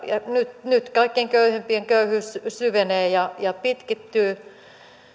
nyt nyt kaikkein köyhimpien köyhyys syvenee ja ja pitkittyy